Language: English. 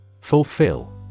Fulfill